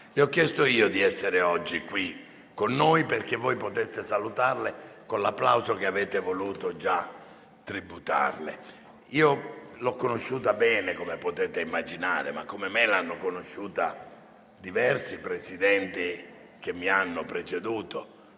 Le ho chiesto io di essere oggi qui con noi, perché voi possiate salutarla con l'applauso che avete voluto già tributarle. Io l'ho conosciuta bene, come potete immaginare, ma come me l'hanno conosciuta diversi Presidenti che mi hanno preceduto,